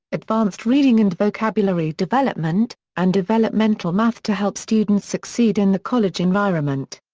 advanced reading and vocabulary development, and developmental math to help students succeed in the college environment.